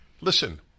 listen